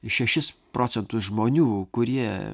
šešis procentus žmonių kurie